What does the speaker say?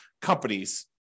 companies